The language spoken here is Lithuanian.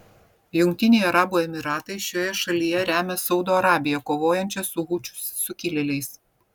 jungtiniai arabų emyratai šioje šalyje remia saudo arabiją kovojančią su hučių sukilėliais